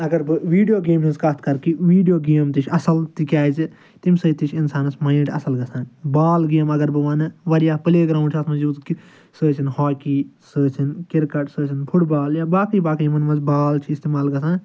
اگر بہٕ ویٖڈیو گیمہِ ہِنٛز کتھ کَرٕ کہِ ویٖڈیو گیم تہِ چھِ اصٕل تکیازِ تَمہِ سۭتۍ تہِ چھ اِنسانَس مایِنٛڈ اصٕل گَژھان بال گیم اگر بہٕ وَنہٕ واریاہ پٕلے گراوُنٛڈ چھُ اتھ مَنٛز یوٗز کہِ سُہ ٲسٕنۍ ہاکی سُہ ٲسنۍ کرکٹ سُہ ٲسنۍ فُٹ بال یا باقٕے باقٕے یِمن منٛز بال چھِ اِستعمال گَژھان